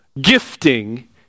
gifting